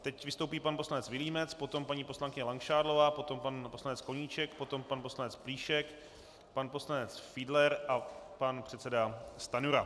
Teď vystoupí pan poslanec Vilímec, potom paní poslankyně Langšádlová, potom pan poslanec Koníček, potom pan poslanec Plíšek, pan poslanec Fiedler a pan předseda Stanjura.